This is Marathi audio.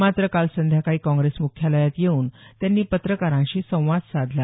मात्र काल संध्याकाळी काँग्रेस मुख्यालयात येऊन त्यांनी पत्रकारांशी संवाद साधला